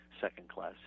second-class